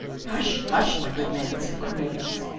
hush, hush, my good man, said cornelius,